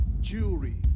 jewelry